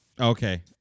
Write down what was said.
Okay